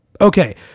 okay